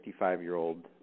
55-year-old